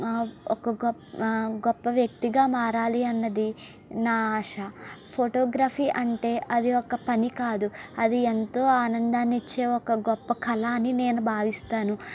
ఒక గొప్ప గొప్ప వ్యక్తిగా మారాలి అన్నది నా ఆశ ఫోటోగ్రఫీ అంటే అది ఒక పని కాదు అది ఎంతో ఆనందాన్ని ఇచ్చే ఒక గొప్ప కళ అని నేను భావిస్తాను